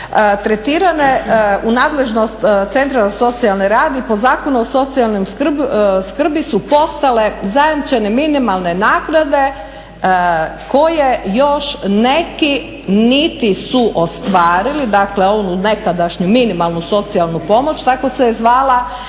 tretirane u nadležnost centra za socijalni rad i po Zakonu o socijalnoj skrbi su postale zajamčene minimalne naknade koje još neki niti su ostvarili, dakle onu nekadašnju minimalnu socijalnu pomoć, tako se je zvala,